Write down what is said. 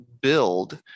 build